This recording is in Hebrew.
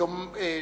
יום ז'בוטינסקי.